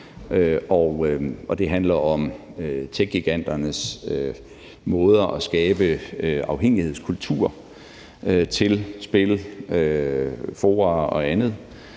det handler om techgiganternes måder at skabe en afhængighedskultur i forhold til spil, fora og andet.